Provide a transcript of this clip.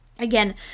Again